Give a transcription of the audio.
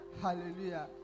Hallelujah